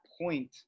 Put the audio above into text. point